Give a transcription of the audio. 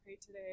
today